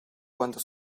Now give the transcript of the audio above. cuando